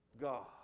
God